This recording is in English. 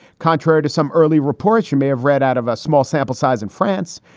contrary to some early reports, you may have read out of a small sample size in france,